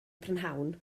prynhawn